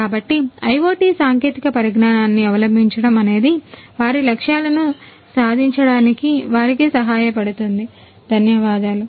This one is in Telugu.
కాబట్టి IoT సాంకేతిక పరిజ్ఞానాన్ని అవలంబించడం అనేది వారి లక్ష్యాలను సాధించడానికి వారికి సహాయపడుతుంది ధన్యవాదాలు